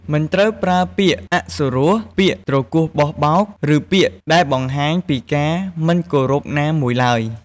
មិនត្រូវប្រើពាក្យអសុរោះ ពាក្យទ្រគោះបោះបោក ឬពាក្យដែលបង្ហាញពីការមិនគោរពណាមួយឡើយ។